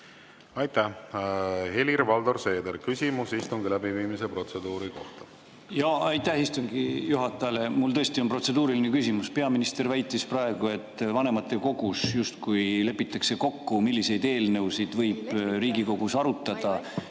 Aitäh! Helir-Valdor Seeder, küsimus istungi läbiviimise protseduuri kohta.